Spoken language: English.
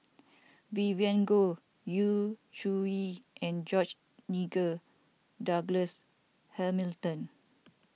Vivien Goh Yu Zhuye and George Nigel Douglas Hamilton